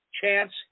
chance